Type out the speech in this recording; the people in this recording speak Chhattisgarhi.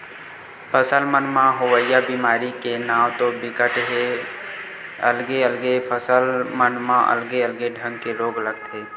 फसल मन म होवइया बेमारी के नांव तो बिकट के हे अलगे अलगे फसल मन म अलगे अलगे ढंग के रोग लगथे